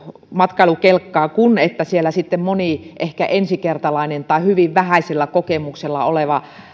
matkailukelkkaa kuin että moni ehkä ensikertalainen tai hyvin vähäisellä kokemuksella oleva